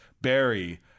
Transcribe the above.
Barry